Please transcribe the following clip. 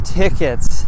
tickets